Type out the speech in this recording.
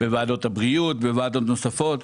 בוועדת הבריאות ובוועדות נוספות.